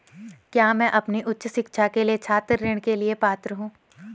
क्या मैं अपनी उच्च शिक्षा के लिए छात्र ऋण के लिए पात्र हूँ?